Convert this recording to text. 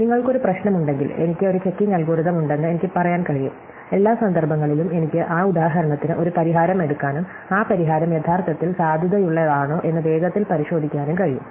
നിങ്ങൾക്ക് ഒരു പ്രശ്നമുണ്ടെങ്കിൽ എനിക്ക് ഒരു ചെക്കിംഗ് അൽഗോരിതം ഉണ്ടെന്ന് എനിക്ക് പറയാൻ കഴിയും എല്ലാ സന്ദർഭങ്ങളിലും എനിക്ക് ആ ഉദാഹരണത്തിന് ഒരു പരിഹാരം എടുക്കാനും ആ പരിഹാരം യഥാർത്ഥത്തിൽ സാധുതയുള്ളതാണോ എന്ന് വേഗത്തിൽ പരിശോധിക്കാനും കഴിയും